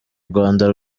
rwanda